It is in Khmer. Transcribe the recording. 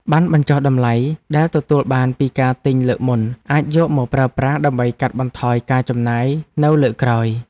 ប័ណ្ណបញ្ចុះតម្លៃដែលទទួលបានពីការទិញលើកមុនអាចយកមកប្រើប្រាស់ដើម្បីកាត់បន្ថយការចំណាយនៅលើកក្រោយ។